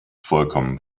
vollkommen